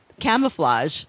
camouflage